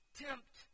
tempt